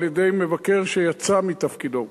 על-ידי מבקר שיצא מתפקידו,